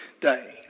day